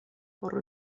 por